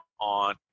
on